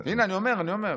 הינה, אני אומר,